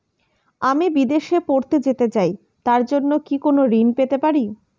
আমি বিদেশে পড়তে যেতে চাই তার জন্য কি কোন ঋণ পেতে পারি?